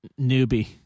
Newbie